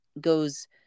goes